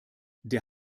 der